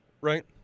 Right